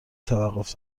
توقف